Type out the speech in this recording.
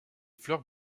fleurs